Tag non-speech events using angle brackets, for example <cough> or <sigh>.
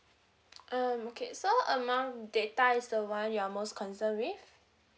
<noise> um okay so amount data is the one you are most concerned with